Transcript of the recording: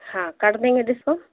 ہاں کر دیں گے ڈسکان